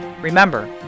Remember